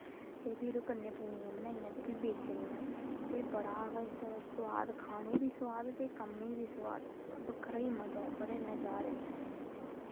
ते भी ओह् कन्नै पूनियां बनानियां ते भी ओह् बेचनियां ते बड़ा गै सोआद खानै गी बी सोआद ते कम्में ई बी सोआद बक्खरा ई मज़ा ऐ बक्खरे गै नज़ारे न